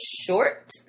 short